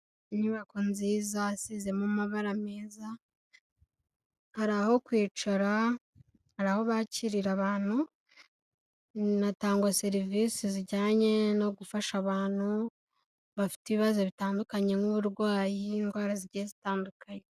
Inyubako nziza, isize mo amabara meza, hari aho kwicara, hari aho bakirira abantu, inatanga serivisi zijyanye no gufasha abantu, bafite ibibazo bitandukanye nk'uburwayi, indwara zigiye zitandukanye.